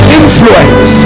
influence